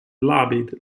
lobbied